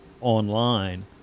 online